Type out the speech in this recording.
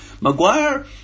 Maguire